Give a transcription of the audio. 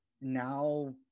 Now